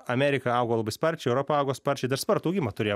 amerika augo labai sparčiai europa augo sparčiai dar spartų augimą turėjo